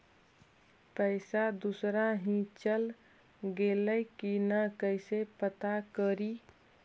पैसा दुसरा ही चल गेलै की न कैसे पता करि?